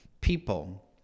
people